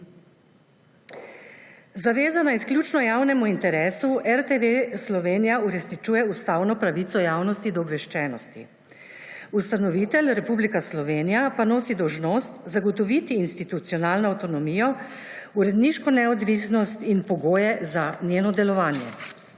Zavezana izključno javnemu interesu RTV Slovenija uresničuje ustavno pravico javnosti do obveščenosti. Ustanovitelj Republika Slovenija pa nosi dolžnost zagotoviti institucionalno avtonomijo, uredniško neodvisnost in pogoje za njeno delovanje.